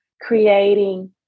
creating